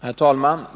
Herr talman!